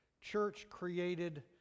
church-created